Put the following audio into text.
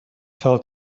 fell